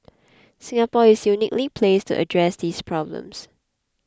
Singapore is uniquely placed to address these problems